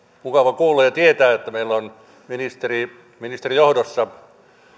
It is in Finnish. mukava kuulla ja tietää että meillä on ministerijohdossa